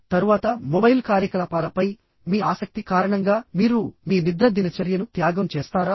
తరువాత మొబైల్ కార్యకలాపాలపై మీ ఆసక్తి కారణంగా మీరు మీ నిద్ర దినచర్యను త్యాగం చేస్తారా